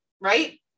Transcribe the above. right